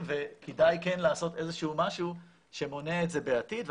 וכדאי כן לעשות איזשהו משהו שמונע את זה בעתיד.